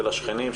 ולשכנים,